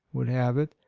would have it,